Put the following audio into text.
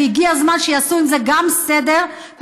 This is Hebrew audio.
והגיע הזמן שיעשו סדר גם עם זה,